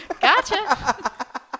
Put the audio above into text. Gotcha